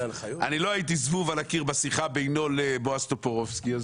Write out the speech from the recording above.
אני לא הייתי זבוב על הקיר בשיחה בינו לבין בועז טופורובסקי.